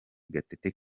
gatete